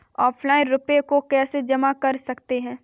Offline रुपये कैसे जमा कर सकते हैं?